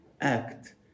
act